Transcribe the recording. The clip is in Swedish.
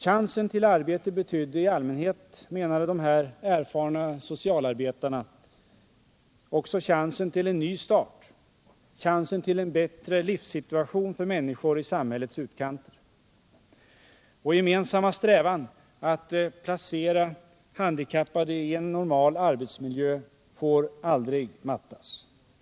Chansen till arbete betydde i allmänhet, menade de här erfarna socialvårdarna, också chansen till en ny start, chansen till en bättre livssituation för människor i samhällets utkanter. Vår gemensamma strävan att placera handikappade i en normal arbetsmiljö får aldrig mattas.